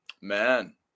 man